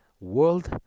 world